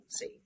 see